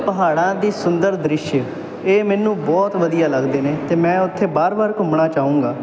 ਪਹਾੜਾਂ ਦੀ ਸੁੰਦਰ ਦ੍ਰਿਸ਼ ਇਹ ਮੈਨੂੰ ਬਹੁਤ ਵਧੀਆ ਲੱਗਦੇ ਨੇ ਅਤੇ ਮੈਂ ਉੱਥੇ ਵਾਰ ਵਾਰ ਘੁੰਮਣਾ ਚਾਹੂੰਗਾ